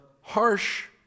harsh